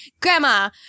Grandma